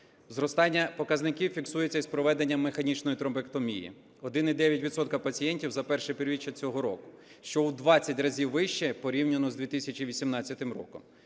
Зростання показників фіксується із проведенням механічної тромбектомії – 1,9 відсотка пацієнтів за перше півріччя цього року, що у 20 разів вище порівняно з 2018 роком.